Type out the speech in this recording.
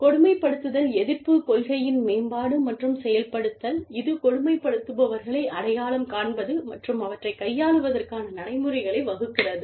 கொடுமைப்படுத்துதல் எதிர்ப்புக் கொள்கையின் மேம்பாடு மற்றும் செயல்படுத்தல் இது கொடுமைப்படுத்துபவர்களை அடையாளம் காண்பது மற்றும் அவற்றைக் கையாள்வதற்கான நடைமுறைகளை வகுக்கிறது